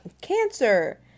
cancer